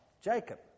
Jacob